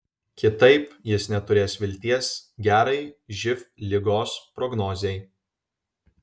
kitaip jis neturės vilties gerai živ ligos prognozei